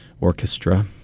Orchestra